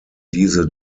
diese